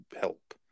help